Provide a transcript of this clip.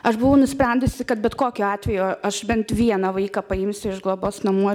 aš buvau nusprendusi kad bet kokiu atveju aš bent vieną vaiką paimsiu iš globos namų